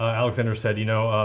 ah alexander said, you know,